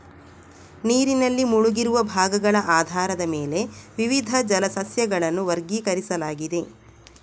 ನೀರಿನಲ್ಲಿ ಮುಳುಗಿರುವ ಭಾಗಗಳ ಆಧಾರದ ಮೇಲೆ ವಿವಿಧ ಜಲ ಸಸ್ಯಗಳನ್ನು ವರ್ಗೀಕರಿಸಲಾಗಿದೆ